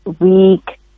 week